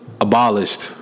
abolished